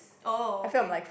oh okay